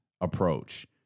approach